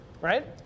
Right